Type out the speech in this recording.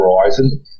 horizon